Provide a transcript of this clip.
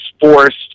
forced